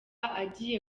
agiye